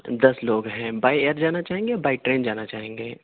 دس لوگ ہیں by air جانا چاہیں گے بائی ٹرین جانا چاہیں گے